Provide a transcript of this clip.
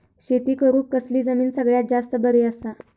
शेती करुक कसली जमीन सगळ्यात जास्त बरी असता?